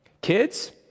Kids